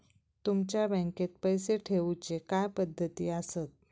तुमच्या बँकेत पैसे ठेऊचे काय पद्धती आसत?